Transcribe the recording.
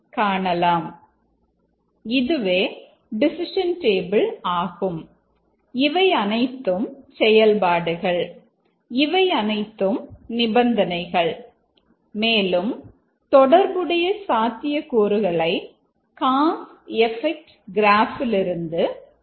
ஆகவே இதுவே decision table எளிதாக கண்டுபிடிக்கலாம்